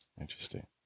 Interesting